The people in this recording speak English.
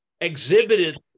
exhibited